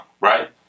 Right